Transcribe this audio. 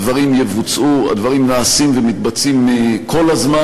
הדברים יבוצעו, הדברים נעשים ומתבצעים כל הזמן.